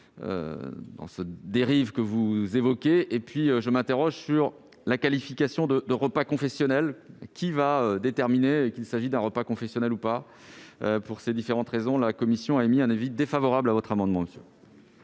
dans les dérives que vous évoquez. Par ailleurs, je m'interroge sur la qualification de « repas confessionnel »: qui va déterminer s'il s'agit ou non d'un repas confessionnel ? Pour ces différentes raisons, la commission a émis un avis défavorable sur cet amendement. Quel